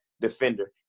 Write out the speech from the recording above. defender